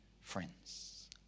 friends